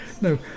No